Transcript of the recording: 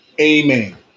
Amen